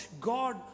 God